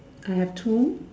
I have two